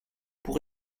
pour